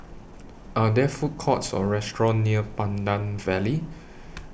Are There Food Courts Or restaurants near Pandan Valley